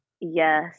yes